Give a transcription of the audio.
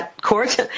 court